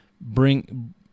bring